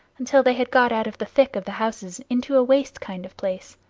until they had got out of the thick of the houses into a waste kind of place.